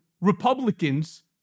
Republicans